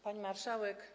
Pani Marszałek!